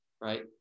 right